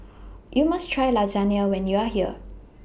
YOU must Try Lasagna when YOU Are here